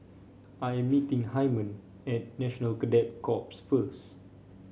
I'm meeting Hyman at National Cadet Corps first